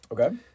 Okay